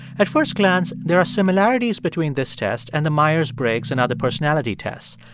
at first glance, there are similarities between this test and the myers-briggs and other personality tests.